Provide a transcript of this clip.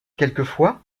quelquefois